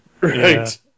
Right